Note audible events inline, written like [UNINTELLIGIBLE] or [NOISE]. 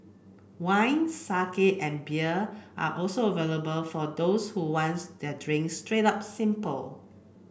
wine [UNINTELLIGIBLE] and beer are also available for those who wants their drinks straight up simple